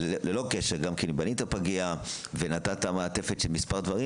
שללא קשר בנה פגייה ונתן מעטפת של מספר דברים